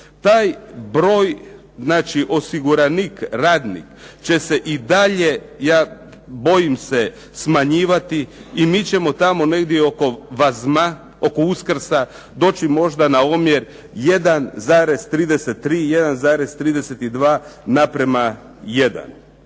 Taj broj, znači osiguranik, radnik će se i dalje ja bojim se smanjivati i mi ćemo tamo negdje oko Vazma, oko Uskrsa doći možda na omjer 1,33, 1,32:1.